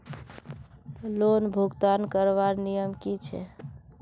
Loan भुगतान करवार नियम की छे?